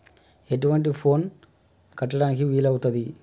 ఎటువంటి ఫోన్ తీసుకుంటే బిల్లులను కట్టడానికి వీలవుతది?